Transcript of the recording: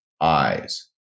eyes